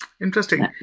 Interesting